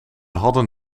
hadden